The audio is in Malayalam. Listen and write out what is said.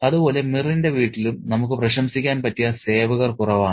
അതുപോലെ മിറിന്റെ വീട്ടിലും നമുക്ക് പ്രശംസിക്കാൻ പറ്റിയ സേവകർ കുറവാണ്